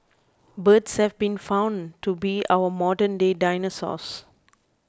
birds have been found to be our modernday dinosaurs